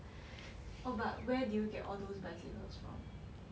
oh but where do you get all those bicycles from